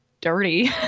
dirty